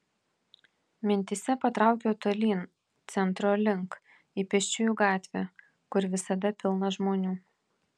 mintyse patraukiau tolyn centro link į pėsčiųjų gatvę kur visada pilna žmonių